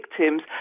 victims